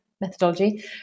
methodology